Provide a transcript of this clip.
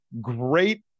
Great